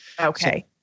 Okay